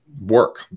work